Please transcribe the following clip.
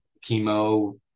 Chemo